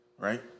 Right